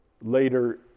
Later